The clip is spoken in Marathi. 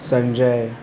संजय